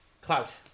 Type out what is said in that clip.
Clout